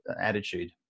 attitude